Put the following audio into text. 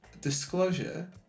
Disclosure